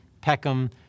Peckham